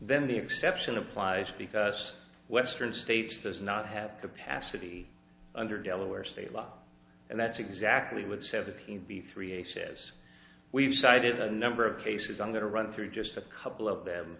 then the exception applies because western states does not have capacity under delaware state law and that's exactly what seventeen b three a says we've cited a number of cases i'm going to run through just a couple of them